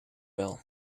wel